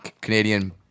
Canadian